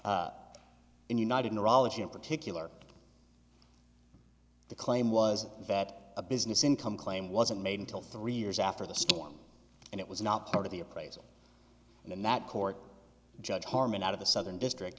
affirmed in united neurology in particular the claim was that a business income claim wasn't made until three years after the storm and it was not part of the appraisal and in that court judge harman out of the southern district